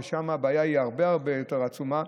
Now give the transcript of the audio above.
ששם הבעיה הרבה הרבה יותר עצומה.